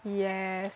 yes